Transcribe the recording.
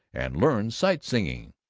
and learn sight-singing.